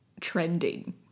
trending